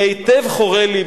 היטב חורה לי,